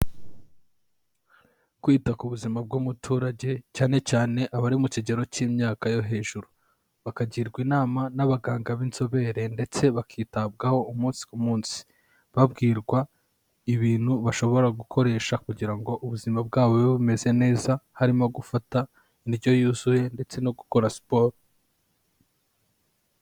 Kwita ku buzima bw'umuturage cyane cyane abari mu kigero cy'imyaka yo hejuru, bakagirwa inama n'abaganga b'inzobere ndetse bakitabwaho umunsi ku munsi, babwirwa ibintu bashobora gukoresha kugira ngo ubuzima bwabo bube bumeze neza, harimo gufata indyo yuzuye ndetse no gukora siporo.